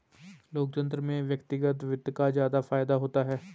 लोकतन्त्र में व्यक्तिगत वित्त का ज्यादा फायदा होता है